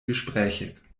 gesprächig